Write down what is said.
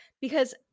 Because-